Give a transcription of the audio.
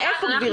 מאיפה גברתי?